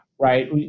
right